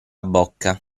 bocca